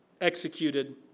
executed